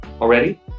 already